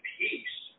peace